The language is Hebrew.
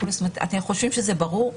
אתם חושבים שזה ברור?